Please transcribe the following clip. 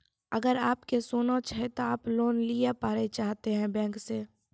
अगर आप के सोना छै ते आप लोन लिए पारे चाहते हैं बैंक से?